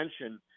attention